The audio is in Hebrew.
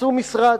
עשו משרד.